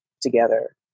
together